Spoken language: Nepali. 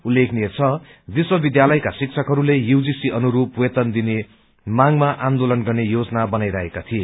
उल्लेखनीय छ विश्वविद्यालयका शिक्षकहरूले यूजीसी अनुरूप वेतन दिने मागमा आन्दोलन गर्ने योजना बनाइरहेका थिए